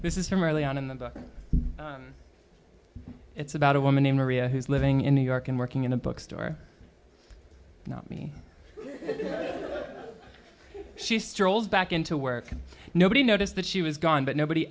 this is from early on in the book it's about a woman named maria who's living in new york and working in a bookstore not me she strolls back into work and nobody noticed that she was gone but nobody